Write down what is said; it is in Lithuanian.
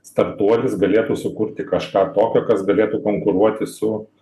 startuolis galėtų sukurti kažką tokio kas galėtų konkuruoti su